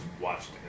watched